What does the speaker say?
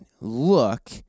look